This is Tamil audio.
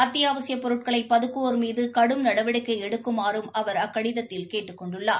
அத்தியாவசியப் பொருட்களை பதுக்குவோா் மீது கடும் நடவடிக்கை எடுக்குமாறும் அவா் அக்கடிதத்தில் கேட்டுக் கொண்டுள்ளார்